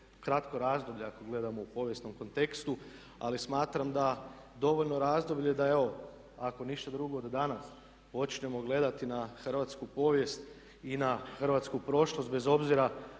kratko razdoblje ako gledamo u povijesnom kontekstu, ali smatram da dovoljno razdoblje da evo ako ništa drugo da danas počnemo gledati na hrvatsku povijest i na hrvatsku prošlost bez obzira